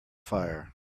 fire